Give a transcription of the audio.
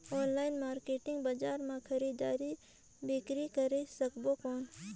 Online market बजार मां खरीदी बीकरी करे सकबो कौन?